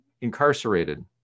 incarcerated